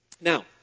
Now